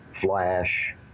Flash